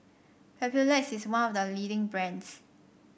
Papulex is one of the leading brands